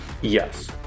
Yes